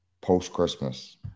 post-Christmas